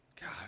God